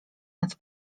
nad